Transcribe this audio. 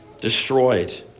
destroyed